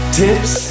tips